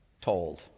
Told